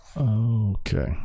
Okay